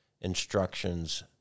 instructions